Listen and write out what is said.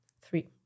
three